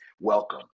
welcome